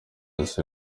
ati